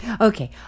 Okay